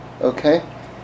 Okay